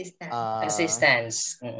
assistance